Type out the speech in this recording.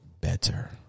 better